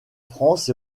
france